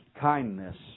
kindness